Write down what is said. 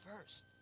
first